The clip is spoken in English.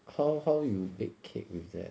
how how you bake cake with that